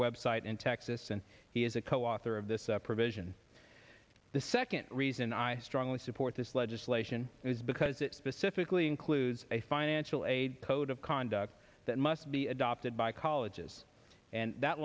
website in texas and he is a co author of this provision the second reason i strongly support this legislation is because it specifically includes a financial aid code of conduct that must be adopted by colleges and that